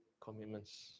commitments